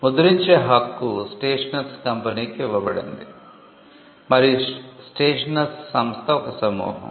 ముద్రించే హక్కు స్టేషనర్స్ కంపెనీకి ఇవ్వబడింది మరియు స్టేషనర్స్ సంస్థ ఒక సమూహం